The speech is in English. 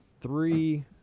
three